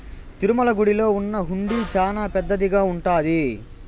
తిరుమల గుడిలో ఉన్న హుండీ చానా పెద్దదిగా ఉంటాది